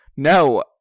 No